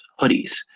hoodies